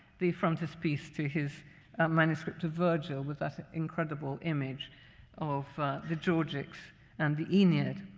the frontispiece to his manuscript of virgil with that incredible image of the georgics and the aeneid.